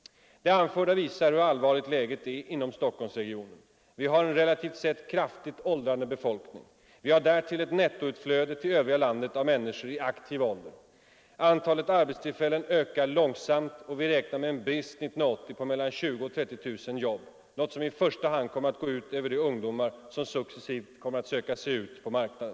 Det anförda visar hur allvarligt läget är inom Stockholmsregionen. Vi har ett relativt sett kraftigt nettoutflöde till övriga landet av människor i aktiv ålder. Antalet arbetstillfällen ökar långsamt, och vi räknar med en brist 1980 på mellan 20 000 och 30 000 jobb, något som i första hand kommer att gå ut över de ungdomar som successivt söker sig ut på marknaden.